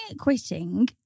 quitting